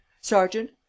Sergeant